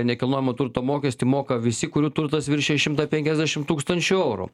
nekilnojamo turto mokestį moka visi kurių turtas viršija šimtą penkiasdešim tūkstančių eurų